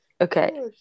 Okay